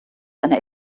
einer